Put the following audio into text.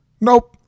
Nope